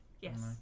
Yes